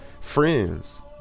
friends